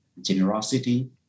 generosity